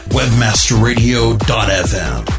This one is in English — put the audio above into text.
webmasterradio.fm